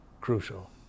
crucial